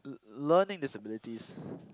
learning disabilities